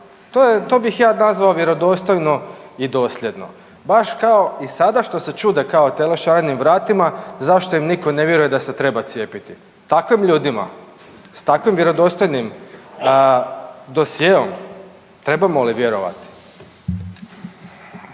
to bih ja nazvao vjerodostojno i dosljedno. Baš kao i sada što se čude kao tele šarenim vratima zašto im nitko ne vjeruje da se treba cijepiti. Takvim ljudima, sa takvim vjerodostojnim dosjeom, trebamo li vjerovati?